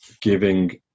giving